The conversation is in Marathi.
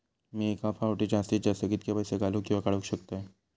मी एका फाउटी जास्तीत जास्त कितके पैसे घालूक किवा काडूक शकतय?